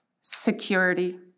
security